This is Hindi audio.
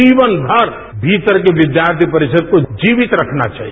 जीवनभर भीतर के विद्यार्थी को जीवित रखना चाहिए